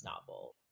novel